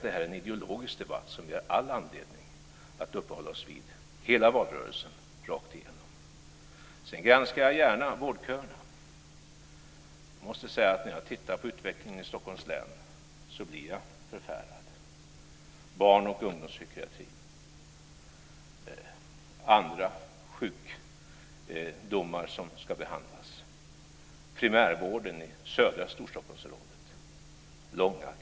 Det är en ideologisk debatt som vi har all anledning att uppehålla oss vid hela valrörelsen, rakt igenom. Jag granskar gärna vårdköerna. Jag blir förfärad när jag tittar på utvecklingen i Stockholms län. Det gäller barn och ungdomspsykiatrin, andra sjukdomar som ska behandlas. Primärvården i södra Storstockholmsområdet har långa köer.